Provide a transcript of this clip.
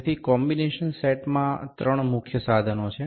તેથી કોમ્બિનેશન સેટમાં ત્રણ મુખ્ય સાધનો છે